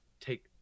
take